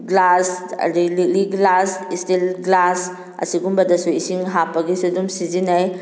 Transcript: glass ꯑꯗꯨꯗꯒꯤ ꯂꯤꯛꯂꯤ glass steel glass ꯑꯁꯤꯒꯨꯝꯕꯗꯁꯨ ꯏꯁꯤꯡ ꯍꯥꯞꯄꯒꯤꯁꯨ ꯑꯗꯨꯝ ꯁꯤꯖꯤꯟꯅꯩ